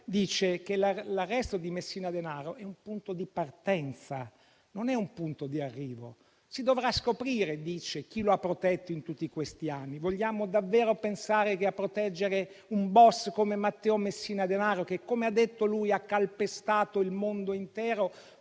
dice che l'arresto di Messina Denaro è un punto di partenza e non un punto di arrivo. Si dovrà scoprire - dice - chi lo ha protetto in tutti questi anni: vogliamo davvero pensare che a proteggere un *boss* come Matteo Messina Denaro che - come ha detto lui - ha calpestato il mondo intero,